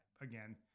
again